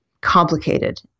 complicated